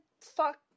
fuck